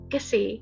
Kasi